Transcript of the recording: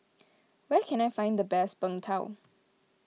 where can I find the best Png Tao